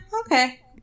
Okay